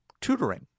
tutoring